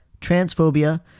transphobia